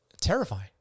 Terrifying